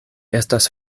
estas